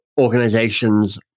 organizations